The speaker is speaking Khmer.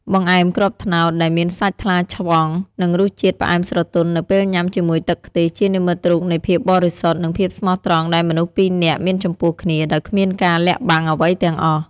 បង្អែមគ្រាប់ត្នោត ដែលមានសាច់ថ្លាឆ្វង់ និងរសជាតិផ្អែមស្រទន់នៅពេលញ៉ាំជាមួយទឹកខ្ទិះ ជានិមិត្តរូបនៃភាពបរិសុទ្ធ និងភាពស្មោះត្រង់ដែលមនុស្សពីរនាក់មានចំពោះគ្នាដោយគ្មានការលាក់បាំងអ្វីទាំងអស់។